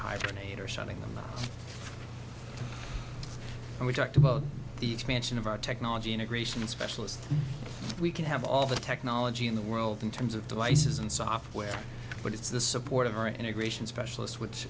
hibernate or shutting them down and we talked about the expansion of our technology integration specialists we can have all the technology in the world in terms of devices and software but it's the support of our integration specialists which